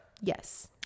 Yes